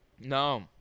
No